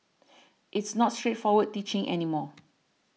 it's not straightforward teaching any more